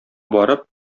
барып